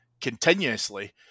continuously